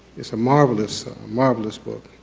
it's a marvelous, marvelous book.